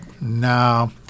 no